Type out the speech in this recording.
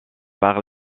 par